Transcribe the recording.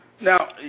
Now